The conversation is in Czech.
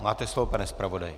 Máte slovo, pane zpravodaji.